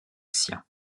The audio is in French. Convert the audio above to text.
sien